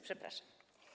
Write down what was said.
Przepraszam.